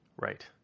Right